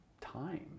time